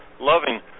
loving